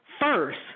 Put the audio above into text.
first